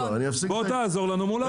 בוא תעזור לנו מול האוצר.